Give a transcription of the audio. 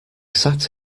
sat